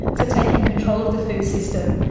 so, taking control of the food system.